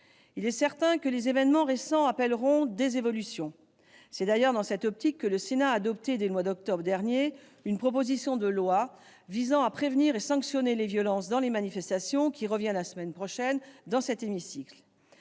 Il est certain que les événements récents appelleront des évolutions. C'est d'ailleurs dans cette optique que le Sénat a adopté, dès le mois d'octobre dernier, une proposition de loi visant à prévenir et sanctionner les violences lors des manifestations, proposition qui reviendra en discussion dans notre hémicycle